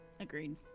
Agreed